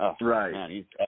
Right